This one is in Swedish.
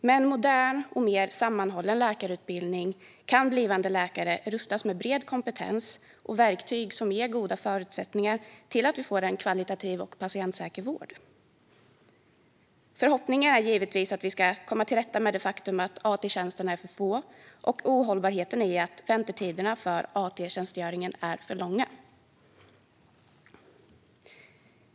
Med en modern och mer sammanhållen läkarutbildning kan blivande läkare rustas med bred kompetens och verktyg som ger goda förutsättningar för en kvalitativ och patientsäker vård. Förhoppningen är givetvis att vi ska komma till rätta med det faktum att AT-platserna är för få och med det ohållbara i att väntetiderna för AT är för långa.